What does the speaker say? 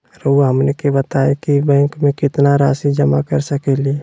रहुआ हमनी के बताएं कि बैंक में कितना रासि जमा कर सके ली?